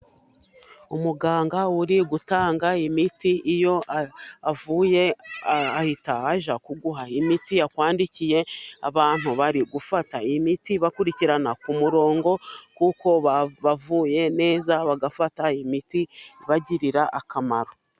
Umuganga uri gutanga imiti, iyo avuye ahita ajya kuguha imiti yakwandikiye, abantu bari gufata iyi miti bakurikirana ku murongo kuko babavuye neza, bagafata miti ibagirira akamaro.